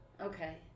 Okay